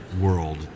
world